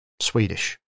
Swedish